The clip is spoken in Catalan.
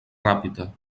ràpita